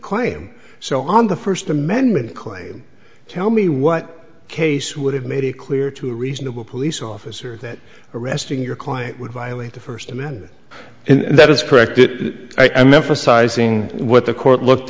claim so on the first amendment claim tell me what case would have made it clear to reasonable police officer that arresting your client would violate the first amendment and that is correct i am emphasizing what the court looked